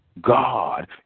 God